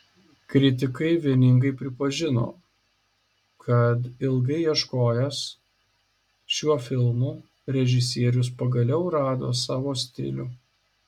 kritikai vieningai pripažino kad ilgai ieškojęs šiuo filmu režisierius pagaliau rado savo stilių